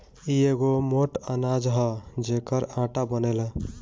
इ एगो मोट अनाज हअ जेकर आटा बनेला